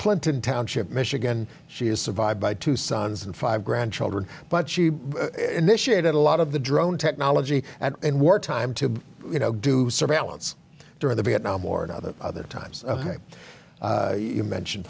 plantain township michigan she is survived by two sons and five grandchildren but she initiated a lot of the drone technology and in war time to you know do surveillance during the vietnam war and other other times you mentioned